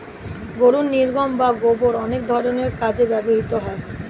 গরুর নির্গমন বা গোবর অনেক ধরনের কাজে ব্যবহৃত হয়